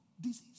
Disease